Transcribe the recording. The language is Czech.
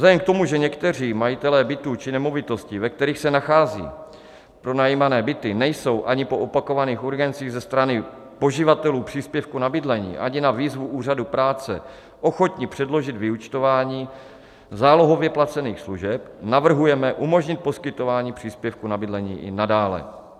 Vzhledem k tomu, že někteří majitelé bytů či nemovitostí, ve kterých se nachází pronajímané byty, nejsou ani po opakovaných urgencích ze strany poživatelů příspěvku na bydlení, ani na výzvu úřadu práce ochotni předložit vyúčtování zálohově placených služeb, navrhujeme umožnit poskytování příspěvku na bydlení i nadále.